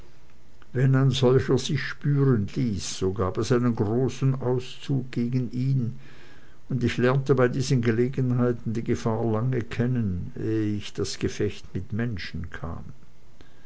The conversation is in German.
wenn ein solcher sich spüren ließ so gab es einen großen auszug gegen ihn und ich lernte bei diesen gelegenheiten die gefahr lange kennen ehe ich in das gefecht mit menschen kam